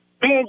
Ben